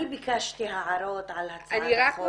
אני ביקשתי הערות על הצעת החוק,